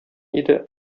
иде